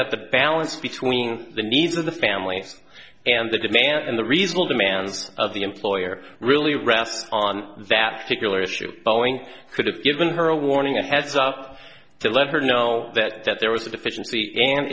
that the balance between the needs of the family and the demand and the result demands of the employer really rap on that particular issue boeing could have given her a warning a heads off to let her know that that there was a deficiency and